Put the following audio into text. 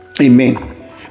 Amen